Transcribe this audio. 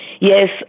Yes